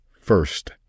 First